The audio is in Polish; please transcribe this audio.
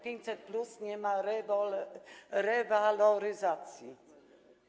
500+ nie ma rewaloryzacji.